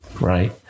right